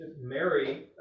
Mary